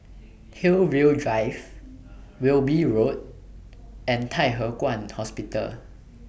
Hillview Drive Wilby Road and Thye Hua Kwan Hospital